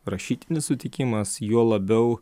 rašytinis sutikimas juo labiau